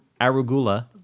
arugula